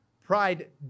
Pride